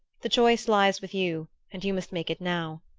the choice lies with you, and you must make it now.